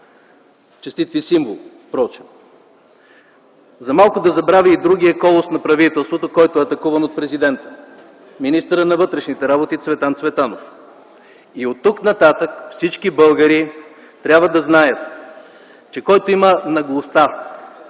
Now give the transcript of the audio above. Честит ви символ, впрочем. За малко да забравя и другия колос на правителството, който е атакуван от президента – министъра на вътрешните работи Цветан Цветанов. Оттук нататък всички българи трябва да знаят, че всеки, който има наглостта